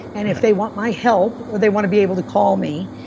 and if they want my help or they want to be able to call me